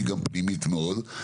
היא גם פנימית מאוד,